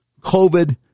COVID